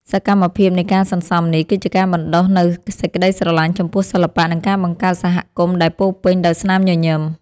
សកម្មភាពនៃការសន្សំនេះ គឺជាការបណ្ដុះនូវសេចក្ដីស្រឡាញ់ចំពោះសិល្បៈ និងការបង្កើតសហគមន៍ដែលពោរពេញដោយស្នាមញញឹម។